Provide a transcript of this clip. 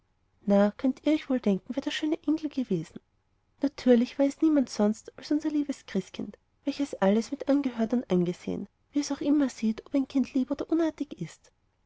könnt ihr euch wohl denken wer der schöne engel gewesen natürlich war es niemand sonst als unser liebes christkind welches alles mitangehört und angesehen wie es auch immer sieht ob ein kind lieb oder unartig ist